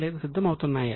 లేదా సిద్ధమవుతున్నయా